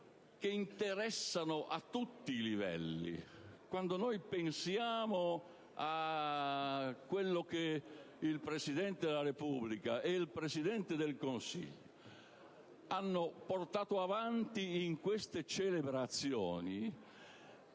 interessano a tutti i livelli. Quando noi pensiamo a quello che il Presidente della Repubblica e il Presidente del Consiglio hanno portato avanti in queste celebrazioni,